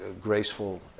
graceful